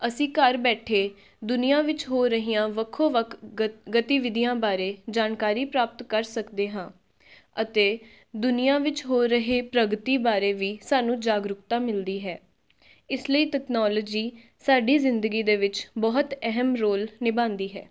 ਅਸੀਂ ਘਰ ਬੈਠੇ ਦੁਨੀਆ ਵਿੱਚ ਹੋ ਰਹੀਆਂ ਵੱਖੋ ਵੱਖ ਗਤ ਗਤੀਵਿਧੀਆਂ ਬਾਰੇ ਜਾਣਕਾਰੀ ਪ੍ਰਾਪਤ ਕਰ ਸਕਦੇ ਹਾਂ ਅਤੇ ਦੁਨੀਆ ਵਿੱਚ ਹੋ ਰਹੇ ਪ੍ਰਗਤੀ ਬਾਰੇ ਵੀ ਸਾਨੂੰ ਜਾਗਰੂਕਤਾ ਮਿਲਦੀ ਹੈ ਇਸ ਲਈ ਤਕਨੋਲੋਜੀ ਸਾਡੀ ਜ਼ਿੰਦਗੀ ਦੇ ਵਿੱਚ ਬਹੁਤ ਅਹਿਮ ਰੋਲ ਨਿਭਾਉਂਦੀ ਹੈ